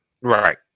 right